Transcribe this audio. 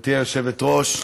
גברתי היושבת-ראש,